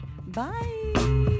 Bye